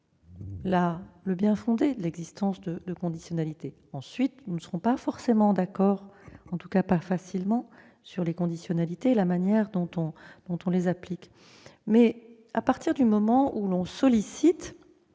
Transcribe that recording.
le bien-fondé de l'existence de conditionnalités. Ensuite, nous ne serons pas forcément d'accord- en tout cas, ce ne sera pas facile -sur les conditionnalités et la manière dont on les applique. Mais dès lors que l'on sollicite